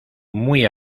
muy